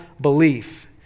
belief